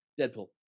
Deadpool